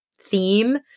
theme